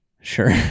Sure